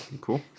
cool